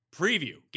preview